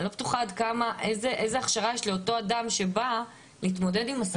אני לא בטוחה איזו הכשרה יש לאותו אדם שבא להתמודד עם הסיטואציה הזו.